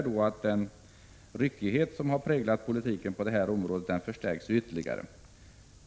Den ryckighet som har präglat politiken på detta område förstärks därmed ytterligare.